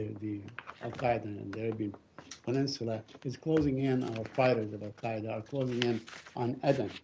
the al-qaida in and arabian peninsula, is closing in on the fighters of al-qaida are closing in on aden.